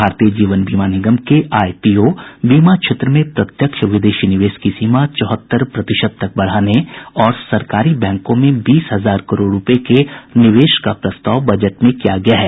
भारतीय जीवन बीमा निगम के आईपीओ बीमा क्षेत्र में प्रत्यक्ष विदेशी निवेश की सीमा चौहत्तर प्रतिशत तक बढ़ाने और सरकारी बैंकों में बीस हजार करोड़ रूपये के निवेश का प्रस्ताव बजट में किया गया है